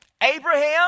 Abraham